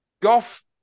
Goff